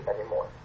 anymore